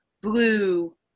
blue